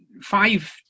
five